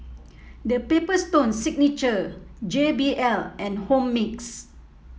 The Paper Stone Signature J B L and Home Fix